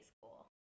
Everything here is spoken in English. school